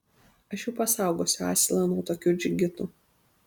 aš jau pasaugosiu asilą nuo tokių džigitų